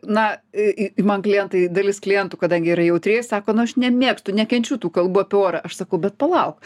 na man klientai dalis klientų kadangi yra jautrieji sako nu aš nemėgstu nekenčiu tų kalbų apie orą aš sakau bet palauk